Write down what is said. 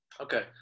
Okay